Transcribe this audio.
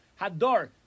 Hadar